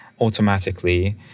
automatically